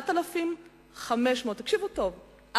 תקשיבו טוב,